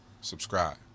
subscribe